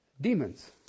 Demons